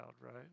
Right